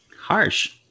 Harsh